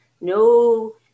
no